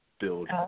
build